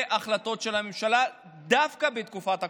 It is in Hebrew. החלטות של הממשלה דווקא בתקופת הקורונה.